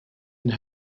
and